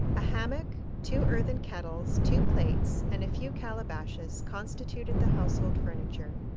a hammock, two earthen kettles, two plates, and a few calabashes constituted the household furniture.